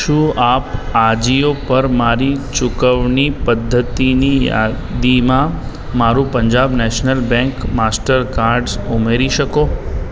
શું આપ આજીઓ પર મારી ચુકવણી પદ્ધતિની યાદીમાં મારું પંજાબ નેશનલ બૅંક માસ્ટરકાર્ડ્સ ઉમેરી શકો